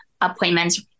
appointments